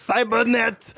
Cybernet